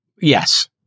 yes